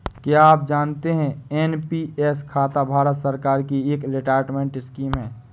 क्या आप जानते है एन.पी.एस खाता भारत सरकार की एक रिटायरमेंट स्कीम है?